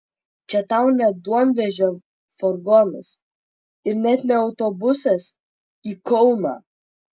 čia tau ne duonvežio furgonas ir net ne autobusas į kauną